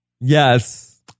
Yes